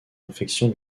infection